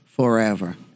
Forever